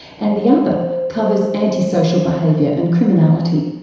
and the other covers antisocial behaviour and criminality.